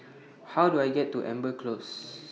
How Do I get to Amber Close